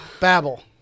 babble